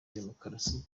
demokarasi